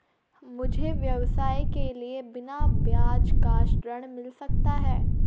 मुझे व्यवसाय के लिए बिना ब्याज का ऋण मिल सकता है?